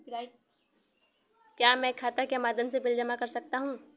क्या मैं खाता के माध्यम से बिल जमा कर सकता हूँ?